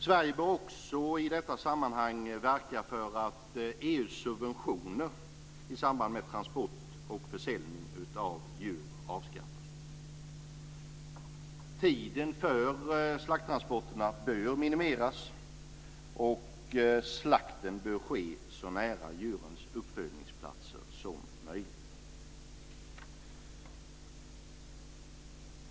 Sverige bör också i detta sammanhang verka för att EU:s subventioner i samband med transport och försäljning av djur avskaffas. Tiden för slakttransporterna bör minimeras, och slakten bör ske så nära djurens uppfödningsplatser som möjligt.